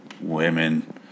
Women